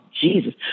Jesus